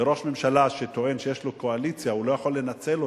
וראש ממשלה שטוען שיש לו קואליציה לא יכול לנצל אותה,